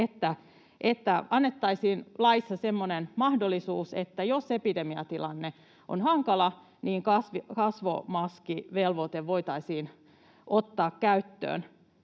että annettaisiin laissa semmoinen mahdollisuus, että jos epidemiatilanne on hankala, kasvomaskivelvoite voitaisiin ottaa käyttöön.